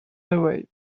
away